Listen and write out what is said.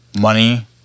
money